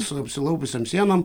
su apsilupiusiom sienom